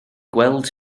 gweld